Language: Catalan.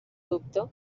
dubte